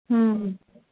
ਹਮ